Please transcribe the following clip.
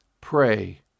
Pray